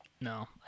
no